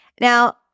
Now